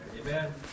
Amen